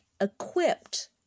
equipped